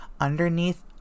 underneath